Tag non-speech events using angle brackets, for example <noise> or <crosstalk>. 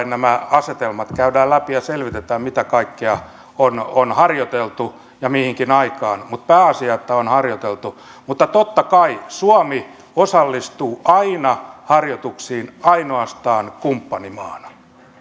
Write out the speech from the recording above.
<unintelligible> nämä asetelmat käydään läpi ja selvitetään mitä kaikkea on on harjoiteltu ja mihinkin aikaan mutta pääasia on että on harjoiteltu mutta totta kai suomi osallistuu aina harjoituksiin ainoastaan kumppanimaana